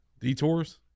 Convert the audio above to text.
detours